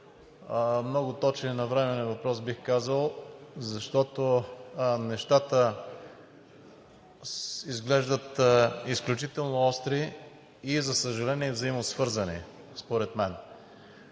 много точен и навременен въпрос, бих казал, защото нещата изглеждат изключително остри и, за съжаление, взаимосвързани според мен.